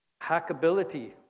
Hackability